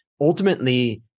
ultimately